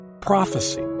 prophecy